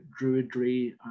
druidry